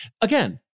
Again